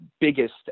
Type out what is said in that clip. biggest